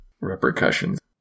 repercussions